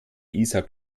isar